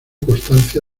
constancia